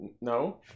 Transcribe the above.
No